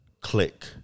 click